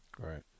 Right